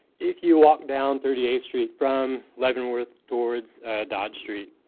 if you walk down thirty eighth street from leavenworth towards dodge street